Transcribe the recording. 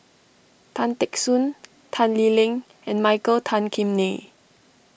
Tan Teck Soon Tan Lee Leng and Michael Tan Kim Nei